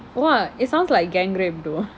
!wah! it sounds like gang rape though